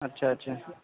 اچھا اچھا